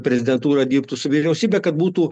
prezidentūra dirbtų su vyriausybe kad būtų